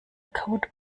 code